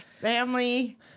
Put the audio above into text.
family